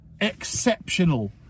exceptional